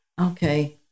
Okay